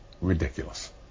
ridiculous